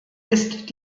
ist